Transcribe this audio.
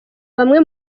bamwe